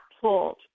pulled